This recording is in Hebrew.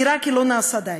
נראה לי שלא נעשה די,